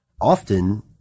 often